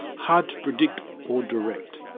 hard to predict or direct.